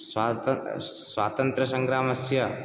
स्वातन् स्वातन्त्रसङ्ग्रामस्य